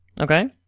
Okay